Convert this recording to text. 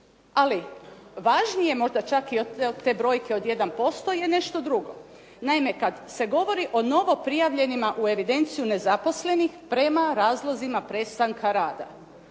Ali važnije možda čak i od te brojke od 1% je nešto drugo. Naime, kad se govori o novo prijavljenima u evidenciju nezaposlenih prema razlozima prestanka rada,